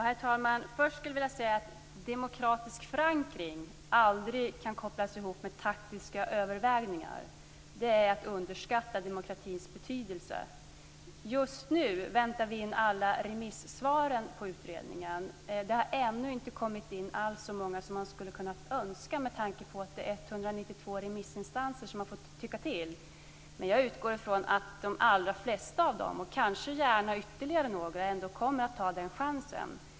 Herr talman! Först skulle jag vilja säga att demokratisk förankring aldrig kan kopplas ihop med taktiska överväganden. Det är att underskatta demokratins betydelse. Just nu väntar vi in alla remissvar på utredningen. Det har ännu inte kommit in alls så många som man hade kunnat önska med tanke på att det är 192 remissinstanser som har fått tycka till. Men jag utgår från att de allra flesta av dem, och gärna ytterligare några, kommer att ta den chansen.